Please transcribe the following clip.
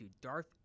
Darth